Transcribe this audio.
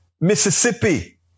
Mississippi